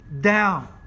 down